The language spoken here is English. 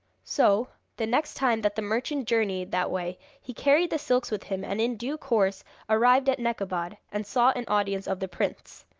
so, the next time that the merchant journeyed that way he carried the silks with him, and in due course arrived at nekabad, and sought an audience of the prince.